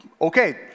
okay